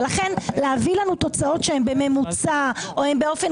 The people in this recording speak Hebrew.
ולכן להביא לנו תוצאות שהם בממוצע או שהם באופן